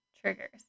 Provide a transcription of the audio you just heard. triggers